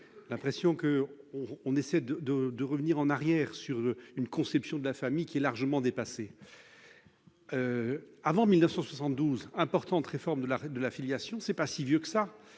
l'impression qu'on essaie de revenir en arrière vers une conception de la famille qui est largement dépassée. Avant 1972, année qui a vu une importante réforme de la filiation- ce n'est pas si vieux !-,